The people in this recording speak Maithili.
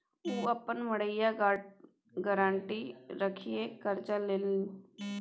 ओ अपन मड़ैया गारंटी राखिकए करजा लेलनि